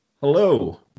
Hello